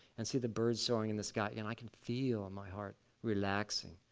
and see the birds soaring in the sky, and i can feel my heart relaxing,